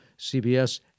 CBS